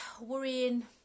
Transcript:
worrying